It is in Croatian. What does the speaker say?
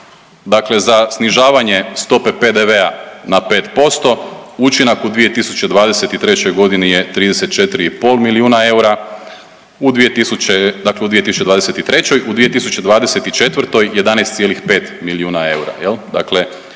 dakle za snižavanje stope PDV-a na 5% učinak u 2023. godini je 34,5 milijuna eura, u, dakle u 2023., u 2024. 11,5 milijuna eura